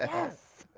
ah yes.